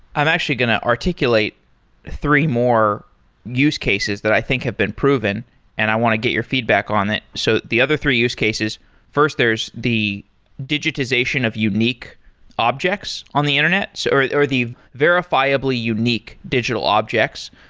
i'm actually going to articulate three more use cases that i think have been proven and i want to get your feedback on it. so the other three use cases first, there's the digitization of unique objects on the internet, the verifiably unique digital objects.